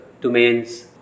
domains